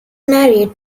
married